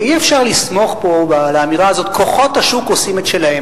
אי-אפשר לסמוך פה על האמירה הזאת: כוחות השוק עושים את שלהם.